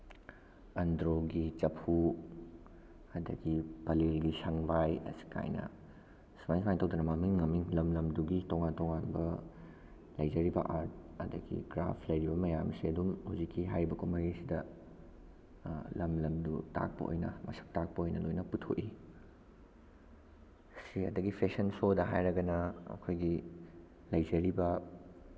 ꯑꯟꯗ꯭ꯔꯣꯒꯤ ꯆꯐꯨ ꯑꯗꯒꯤ ꯄꯂꯦꯜꯒꯤ ꯁꯪꯕꯥꯏ ꯑꯁꯤ ꯀꯥꯏꯅ ꯁꯨꯃꯥꯏ ꯁꯨꯃꯥꯏ ꯇꯧꯗꯅ ꯃꯃꯤꯡ ꯃꯃꯤꯡ ꯂꯝ ꯂꯝꯗꯨꯒꯤ ꯇꯣꯉꯥꯟ ꯇꯣꯉꯥꯟꯕ ꯂꯩꯖꯔꯤꯕ ꯑꯥꯔꯠ ꯑꯗꯒꯤ ꯀ꯭ꯔꯥꯐ ꯂꯩꯔꯤꯕ ꯃꯌꯥꯝꯁꯦ ꯑꯗꯨꯝ ꯍꯧꯖꯤꯛꯀꯤ ꯍꯥꯏꯔꯤꯕ ꯀꯨꯝꯍꯩꯁꯤꯗ ꯂꯝ ꯂꯝꯗꯨ ꯇꯥꯛꯄ ꯑꯣꯏꯅ ꯃꯁꯛ ꯇꯥꯛꯄ ꯑꯣꯏꯅ ꯂꯣꯏꯅ ꯄꯨꯊꯣꯛꯏ ꯁꯤ ꯑꯗꯒꯤ ꯐꯦꯁꯟ ꯁꯣꯗ ꯍꯥꯏꯔꯒꯅ ꯑꯩꯈꯣꯏꯒꯤ ꯂꯩꯖꯔꯤꯕ